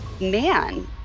man